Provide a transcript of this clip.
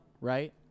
right